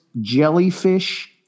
Jellyfish